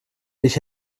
ich